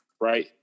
right